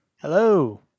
Hello